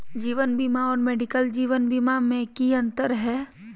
जीवन बीमा और मेडिकल जीवन बीमा में की अंतर है?